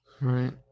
Right